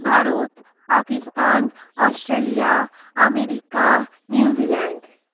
Bharat Pakistan Australia America New Zealand